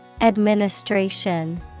Administration